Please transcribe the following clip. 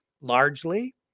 largely